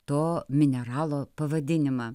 to mineralo pavadinimą